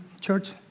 church